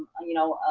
you know,